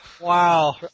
Wow